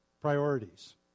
priorities